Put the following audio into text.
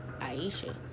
aisha